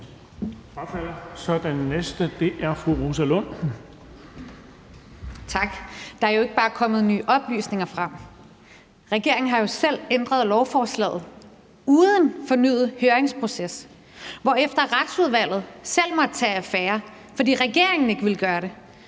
Der er jo ikke bare kommet nye oplysninger frem. Regeringen har jo selv ændret lovforslaget uden fornyet høringsproces, hvorefter Retsudvalget selv måtte tage affære, fordi regeringen ikke ville gøre det,